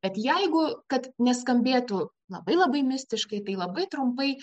bet jeigu kad neskambėtų labai labai mistiškai tai labai trumpai